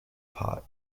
pot